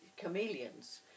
chameleons